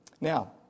Now